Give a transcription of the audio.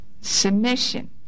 Submission